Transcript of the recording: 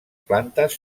plantes